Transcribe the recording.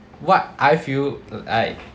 what I feel like